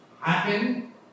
happen